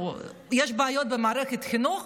יש בעיות במערכת החינוך,